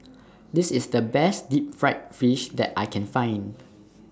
This IS The Best Deep Fried Fish that I Can Find